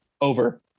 over